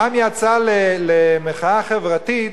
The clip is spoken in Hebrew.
העם יצא למחאה חברתית